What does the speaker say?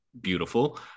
beautiful